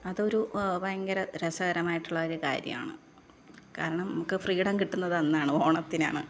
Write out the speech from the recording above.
അതൊരു ഭയങ്കര രസകരമായിട്ടുള്ളൊരു കാര്യമാണ് കാരണം നമുക്ക് ഫ്രീഡം കിട്ടുന്നത് അന്നാണ് ഓണത്തിനാണ്